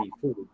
food